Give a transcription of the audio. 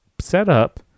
setup